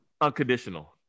unconditional